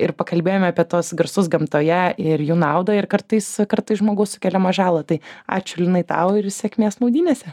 ir pakalbėjome apie tuos garsus gamtoje ir jų naudą ir kartais kartais žmogaus sukeliamą žalą tai ačiū linai tau ir sėkmės maudynėse